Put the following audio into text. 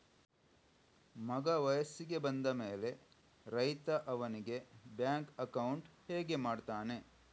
ಮಗ ವಯಸ್ಸಿಗೆ ಬಂದ ಮೇಲೆ ರೈತ ಅವನಿಗೆ ಬ್ಯಾಂಕ್ ಅಕೌಂಟ್ ಹೇಗೆ ಮಾಡ್ತಾನೆ?